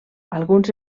alguns